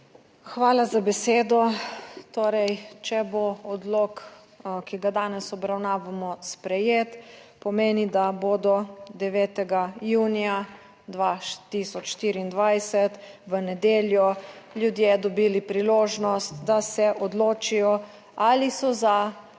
Hvala za besedo. Torej, če bo odlok, ki ga danes obravnavamo, sprejet, pomeni, da bodo 9. junija 2024, v nedeljo, ljudje dobili priložnost, da se odločijo, ali so za